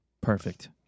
perfect